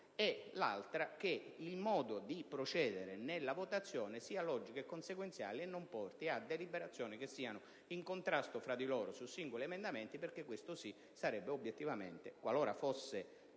e l'esigenza che il modo di procedere nella votazione sia logico e consequenziale e non porti a deliberazioni che siano in contrasto fra di loro su singoli emendamenti, perché, questo sì, qualora fosse